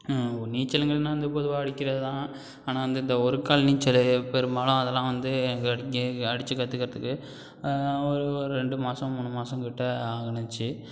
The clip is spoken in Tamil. நீச்சலுங்கள்னால் வந்து பொதுவாக அடிக்கிறதுதான் ஆனால் வந்து இந்த ஒரு கால் நீச்சல் பெரும்பாலும் அதெல்லாம் வந்து எங்கள் அடிக்க அடிச்சு கற்றுக்கறதுக்கு ஒரு ஒரு ரெண்டு மாதம் மூணு மாதம் கிட்ட ஆணுச்சு